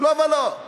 לא ולא.